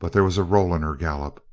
but there was a roll in her gallop.